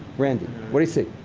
randy, what do you see?